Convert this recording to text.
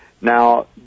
Now